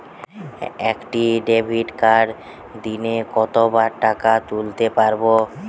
একটি ডেবিটকার্ড দিনে কতবার টাকা তুলতে পারব?